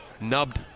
nubbed